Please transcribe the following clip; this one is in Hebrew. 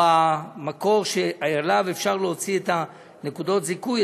או על המקור שממנו אפשר להוציא את נקודות הזיכוי,